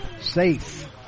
Safe